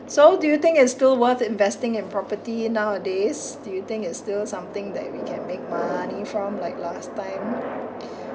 so do you think it's still worth investing in property nowadays do you think it's still something that we can make money from like last time